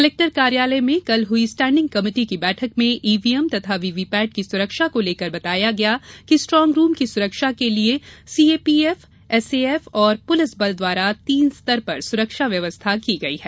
collector कार्यालय में कल हुई स्टैंडिंग कमेटी की बैठक में ईवीएम तथा वीवीपैट की सुरक्षा को लेकर बताया गया कि स्ट्रांग रूम की सुरक्षा के लिए सीएपीएफ एसएएफ तथा पुलिस बल द्वारा तीन स्तर पर सुरक्षा व्यवस्था की गई है